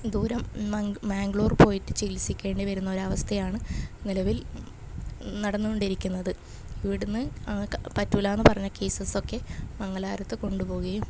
എന്തോരം മങ്ക് മാങ്ക്ളൂർ പോയിട്ട് ചികിത്സിക്കേണ്ടി വരുന്നൊരവസ്ഥയാണ് നിലവിൽ നടന്നോണ്ടിരിക്കുന്നത് ഇവിടുന്നു ക പറ്റൂല്ലാന്ന് പറഞ്ഞ കേയ്സസൊക്കെ മങ്കലാരത്ത് കൊണ്ട് പോവുകേം